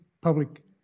public